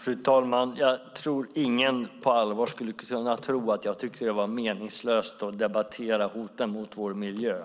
Fru talman! Jag tror inte någon på allvar kan tro att jag tycker att det är meningslöst att debattera hoten mot vår miljö.